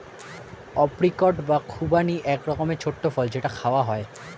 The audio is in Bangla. অপ্রিকট বা খুবানি এক রকমের ছোট্ট ফল যেটা খাওয়া হয়